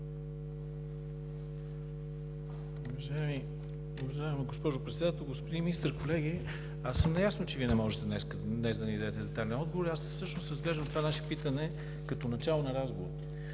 Уважаема госпожо Председател, господин Министър, колеги! Аз съм наясно, че Вие не можете днес да ни дадете детайлен отговор, всъщност разглеждам това наше питане като начало на разговор